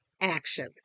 action